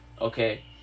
Okay